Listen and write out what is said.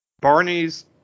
Barney's